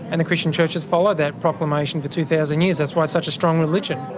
and the christian church has followed that proclamation for two thousand years, that's why it's such a strong religion.